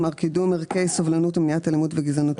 כלומר קידום ערכי סובלנות ומניעת אלימות וגזענות בספורט.